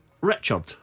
Richard